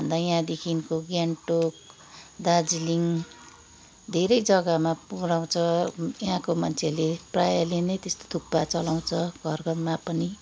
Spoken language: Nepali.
अन्त यहाँदेखिको गान्तोक दार्जिलिङ धेरै जग्गामा पुऱ्याउँछ यहाँको मान्छेले प्राय नै त्यस्तो थुक्पा चलाउँछ घर घरमा पनि